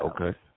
Okay